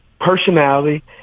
personality